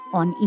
on